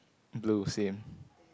blue same